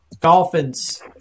Dolphins